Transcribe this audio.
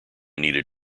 needed